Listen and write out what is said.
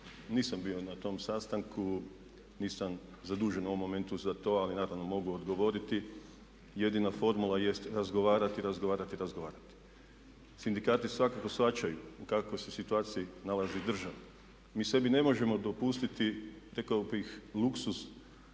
nisam bio na tom sastanku, nisam zadužen u ovom momentu za to ali naravno mogu odgovoriti. Jedina formula jest razgovarati, razgovarati, razgovarati. Sindikati svakako shvaćaju u kakvoj se situaciji nalazi država. Mi sebi ne možemo dopustiti rekao bih luksuz